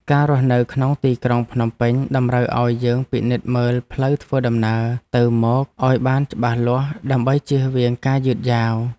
ការរស់នៅក្នុងទីក្រុងភ្នំពេញតម្រូវឱ្យយើងពិនិត្យមើលផ្លូវធ្វើដំណើរទៅមកឱ្យបានច្បាស់លាស់ដើម្បីជៀសវាងការយឺតយ៉ាវ។